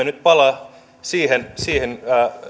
nyt palaa siihen siihen